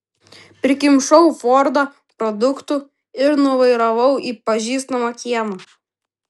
prikimšau fordą produktų ir nuvairavau į pažįstamą kiemą